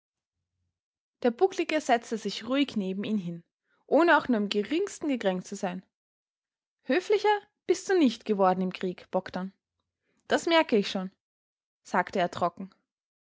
der bucklige setzte sich ruhig neben ihn hin ohne auch nur im geringsten gekränkt zu sein höflicher bist du nicht geworden im krieg bogdn das merke ich schon sagte er trocken